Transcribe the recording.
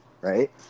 Right